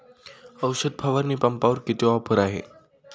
औषध फवारणी पंपावर किती ऑफर आहे?